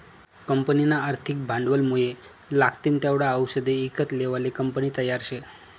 कंपनीना आर्थिक भांडवलमुये लागतीन तेवढा आवषदे ईकत लेवाले कंपनी तयार शे